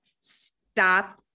stop